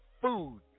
food